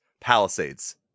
Palisades